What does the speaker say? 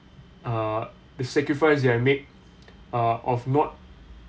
uh the sacrifice you have made uh of not